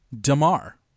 Damar